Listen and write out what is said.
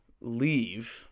leave